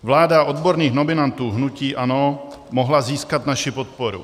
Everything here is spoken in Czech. Vláda odborných nominantů hnutí ANO mohla získat naši podporu.